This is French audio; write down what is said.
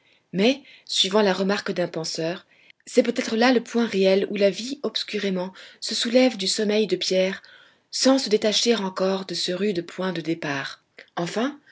mais suivant la remarque d'un penseur c'est peut-être là le point réel où la vie obscurément se soulève du sommeil de pierre sans se détacher encore de ce rude point de départ enfin